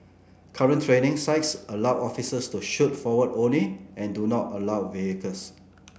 current training sites allow officers to shoot forward only and do not allow vehicles